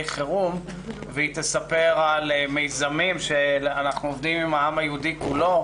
חירום והיא תספר על מיזמים שאנחנו עובדים עם העם היהודי כולו.